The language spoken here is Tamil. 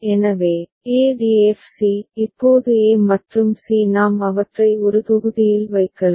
எனவே e df c இப்போது e மற்றும் c நாம் அவற்றை ஒரு தொகுதியில் வைக்கலாம்